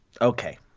Okay